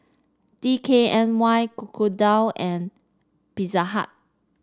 D K N Y Crocodile and Pizza Hut